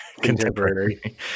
Contemporary